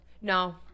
no